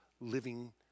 living